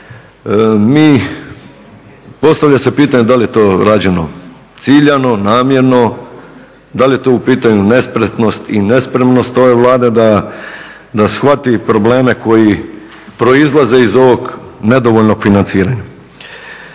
rad postavlja se pitanje da li je to rađeno ciljano, namjerno, da li je to u pitanju nespretnost i nespremnost ove Vlade da shvati probleme koji proizlaze iz ovog nedovoljnog financiranja.